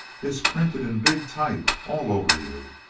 it's printed in big type all over you.